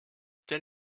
tel